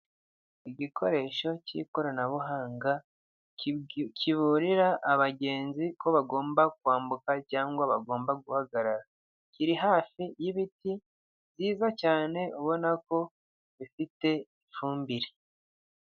Igikoresho cy'ikoranabuhanga kiburira abagenzi ko bagomba kwambuka cyangwa bagomba guhagarara kiri hafi y'ibiti byiza cyane ubona ko bifite ifumbire.